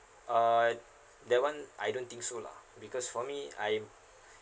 uh that one I don't think so lah because for me I'm